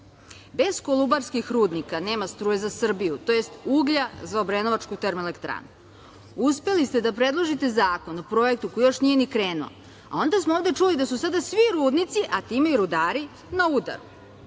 kolubarskih rudnika nema struje za Srbiju, tj. uglja za obrenovačku termoelektranu. Uspeli ste da predložite zakon o projektu koji još nije ni krenuo, a onda smo ovde čuli da su sada svi rudnici, a time i rudari, na udaru,